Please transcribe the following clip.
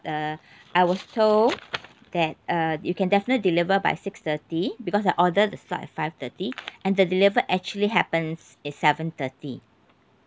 uh I was told that uh you can definitely deliver by six thirty because I ordered the stuff at five thirty and the deliver actually happens at seven thirty